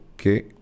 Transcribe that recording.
Okay